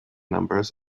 numbers